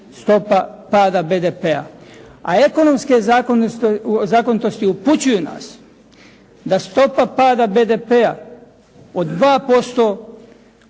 stopa pada BDP-a, a ekonomske zakonitosti upućuju nas da stopa pada BDP-a od 2%